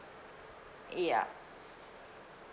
ya